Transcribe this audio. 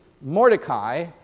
Mordecai